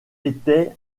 était